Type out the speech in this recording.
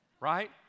right